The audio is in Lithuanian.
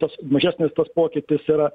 tas mažesnis tas pokytis yra